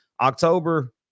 October